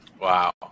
Wow